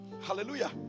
hallelujah